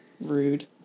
Rude